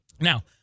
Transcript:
now